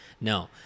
No